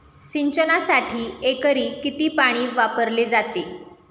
सिंचनासाठी एकरी किती पाणी वापरले जाते?